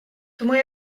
тому